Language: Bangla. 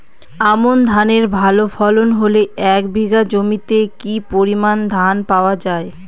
আমন ধানের ভালো ফলন হলে এক বিঘা জমিতে কি পরিমান ধান পাওয়া যায়?